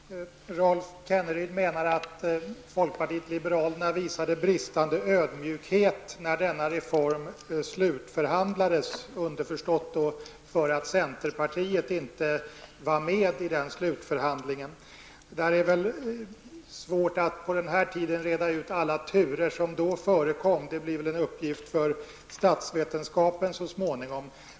Herr talman! Rolf Kenneryd menade att folkpartiet liberalerna visade bristande ödmjukhet när denna reform slutförhandlades, underförstått därför att centerpartiet inte var med i den slutförhandlingen. Det är svårt att på den tid jag nu har till förfogande reda ut alla turer som då förekom. Det blir en uppgift för statsvetenskapen så småningom.